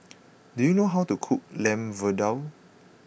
do you know how to cook Lamb Vindaloo